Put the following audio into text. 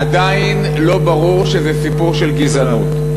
עדיין לא ברור שזה סיפור של גזענות.